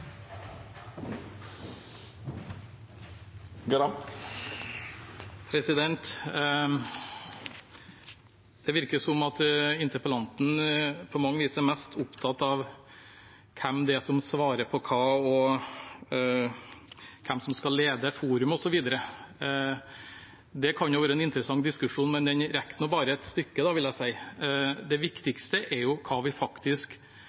Det virker som om interpellanten på mange vis er mest opptatt av hvem det er som svarer på hva, hvem som skal lede forum, osv. Det kan være en interessant diskusjon, men den rekker bare et stykke. Det viktigste er hva vi faktisk gjør, og hva vi